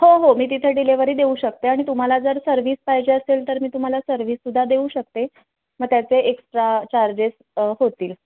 हो हो मी तिथं डिलेवरी देऊ शकते आणि तुम्हाला जर सर्विस पाहिजे असेल तर मी तुम्हाला सर्विस सुद्धा देऊ शकते मग त्याचे एक्स्ट्रा चार्जेस होतील